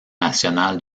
national